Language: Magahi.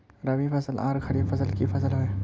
रवि फसल आर खरीफ फसल की फसल होय?